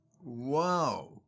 Wow